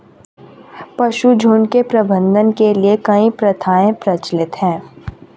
पशुझुण्ड के प्रबंधन के लिए कई प्रथाएं प्रचलित हैं